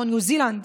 ניו זילנד.